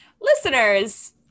Listeners